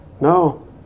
No